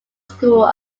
school